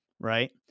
right